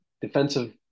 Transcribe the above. defensive